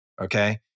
okay